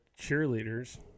cheerleaders